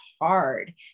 hard